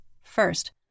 First